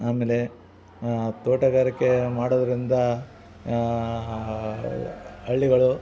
ಆಮೇಲೆ ತೋಟಗಾರಿಕೆಯ ಮಾಡೋದ್ರಿಂದ ಹಳ್ಳಿಗಳು